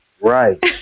Right